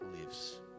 lives